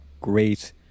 great